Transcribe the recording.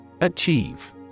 Achieve